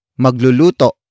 Magluluto